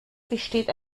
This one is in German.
besteht